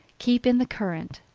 keep in the current.